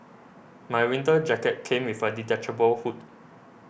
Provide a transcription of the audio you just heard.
my winter jacket came with a detachable hood